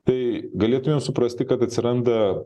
tai galėtumėm suprasti kad atsiranda